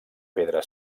pedra